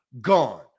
gone